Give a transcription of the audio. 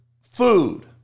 food